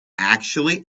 actually